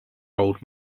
old